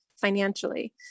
financially